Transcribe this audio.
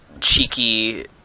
cheeky